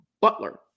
Butler